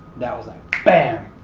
that was like bam!